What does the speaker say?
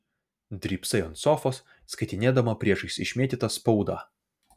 drybsai ant sofos skaitinėdama priešais išmėtytą spaudą